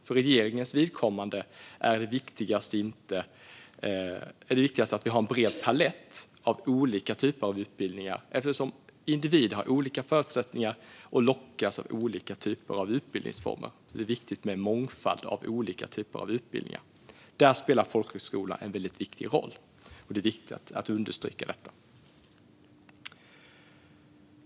För regeringens vidkommande är det viktigaste att vi har en bred palett av olika typer av utbildningar, eftersom individer har olika förutsättningar och lockas av olika typer av utbildningsformer. Det är viktigt med en mångfald av olika typer av utbildningar. Där spelar folkhögskolan en väldigt viktig roll, och det är viktigt att understryka detta.